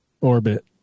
orbit